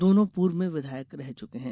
दोनों पूर्व में विधायक रह चुके हैं